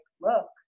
look